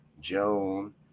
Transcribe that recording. Joan